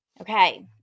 Okay